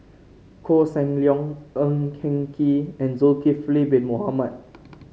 Koh Seng Leong Ng Eng Kee and Zulkifli Bin Mohamed